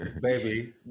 baby